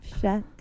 shack